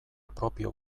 propio